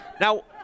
Now